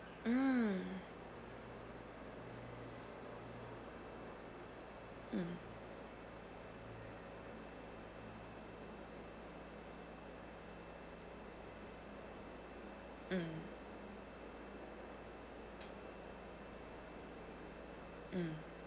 um um um